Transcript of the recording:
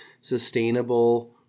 sustainable